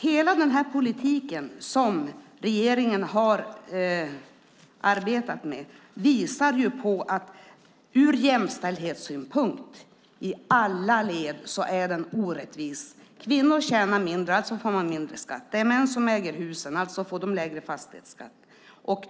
Hela den politik som regeringen har arbetat med är i alla led orättvis ur jämställdhetssynpunkt. Kvinnor tjänar mindre och betalar mindre i skatt. Det är män som äger husen och får lägre fastighetsskatt.